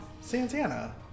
Santana